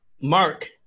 Mark